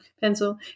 pencil